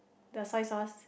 the soy sauce